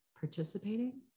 participating